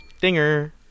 Dinger